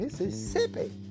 Mississippi